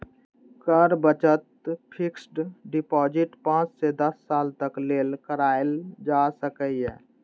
कर बचत fixed deposit पांच सं दस साल तक लेल कराएल जा सकैए